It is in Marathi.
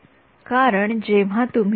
विद्यार्थीः कारण जेव्हा तुम्ही